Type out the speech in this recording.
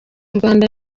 rwanda